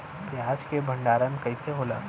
प्याज के भंडारन कइसे होला?